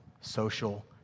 social